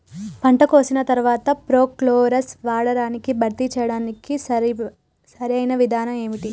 పంట కోసిన తర్వాత ప్రోక్లోరాక్స్ వాడకాన్ని భర్తీ చేయడానికి సరియైన విధానం ఏమిటి?